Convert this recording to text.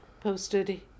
posted